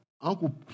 Uncle